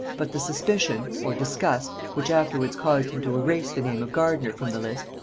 but the suspicion, or disgust, which afterwards caused him to erase the name of gardiner from the list,